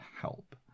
help